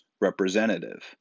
representative